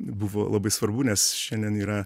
buvo labai svarbu nes šiandien yra